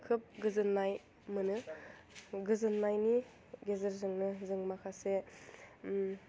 खोब गोजोन्नाय मोनो गोजोन्नायनि गेजेरजोंनो जों माखासे